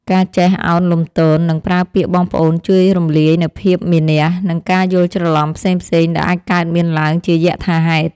ការចេះឱនលំទោននិងប្រើពាក្យបងប្អូនជួយរំលាយនូវភាពមានះ និងការយល់ច្រឡំផ្សេងៗដែលអាចកើតមានឡើងជាយថាហេតុ។